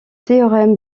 théorème